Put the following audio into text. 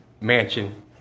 mansion